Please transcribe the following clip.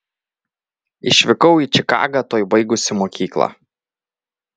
išvykau į čikagą tuoj baigusi mokyklą